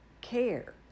care